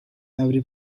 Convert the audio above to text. every